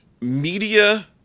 media